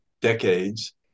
decades